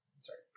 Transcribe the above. sorry